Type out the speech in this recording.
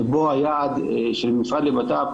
שבו היעד של המשרד לבט"פ,